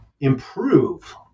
improve